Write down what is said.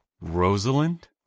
Rosalind